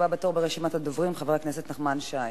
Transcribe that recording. הבא בתור ברשימת הדוברים, חבר הכנסת נחמן שי.